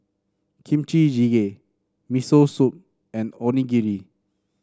Kimchi Jjigae Miso Soup and Onigiri